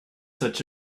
such